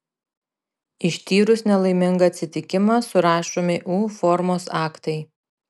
ištyrus nelaimingą atsitikimą surašomi u formos aktai